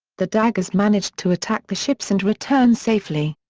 the daggers managed to attack the ships and return safely.